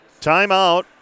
Timeout